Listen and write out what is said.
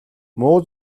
муу